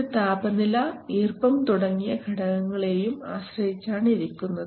ഇത് താപനില ഈർപ്പം തുടങ്ങിയ ഘടകങ്ങളെയും ആശ്രയിച്ചാണിരിക്കുന്നത്